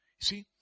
See